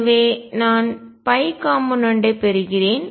எனவே நான் காம்போனென்ட் ஐ பெறுகிறேன்